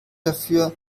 dafür